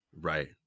Right